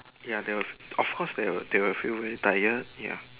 ya they will of course they will they will feel very tired ya